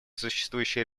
существующие